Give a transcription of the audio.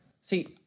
See